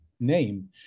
name